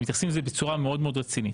מתייחסים לזה בצורה מאוד מאוד רצינית.